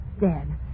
dead